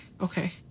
okay